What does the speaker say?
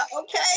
Okay